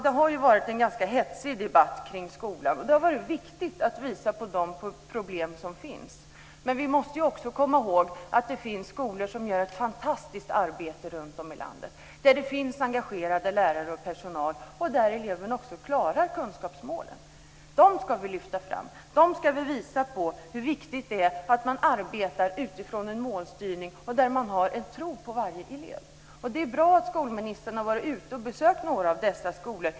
Det har ju varit en ganska hetsig debatt kring skolan, och det har varit viktigt att visa på de problem som finns. Men vi måste också komma ihåg att det finns skolor runtom i landet som gör ett fantastiskt arbete, där det finns engagerade lärare och personal och där eleverna också klarar kunskapsmålen. Dem ska vi lyfta fram. Med dem ska vi visa hur viktigt det är att man arbetar utifrån en målstyrning och att man har en tro till varje elev. Det är bra att skolministern har besökt några av dessa skolor.